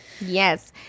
yes